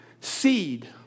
Seed